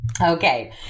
Okay